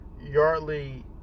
Yardley